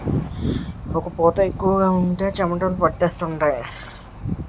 ఒక్క పూత ఎక్కువగా ఉంటే చెమటలు పట్టేస్తుంటాయి